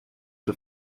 der